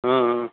हा हा